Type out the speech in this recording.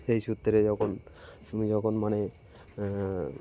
সেই সূত্রে যখন তুমি যখন মানে